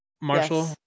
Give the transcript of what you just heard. Marshall